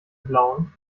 blauen